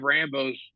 Rambos